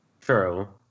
True